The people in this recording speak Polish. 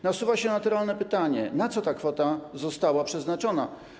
Nasuwa się naturalne pytanie: Na co ta kwota została przeznaczona?